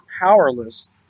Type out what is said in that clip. powerless